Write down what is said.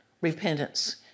repentance